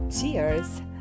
Cheers